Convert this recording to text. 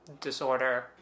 disorder